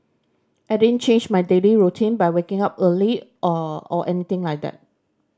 I didn't change my daily routine by waking up early or or anything like that